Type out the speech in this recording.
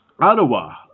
Ottawa